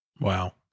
Wow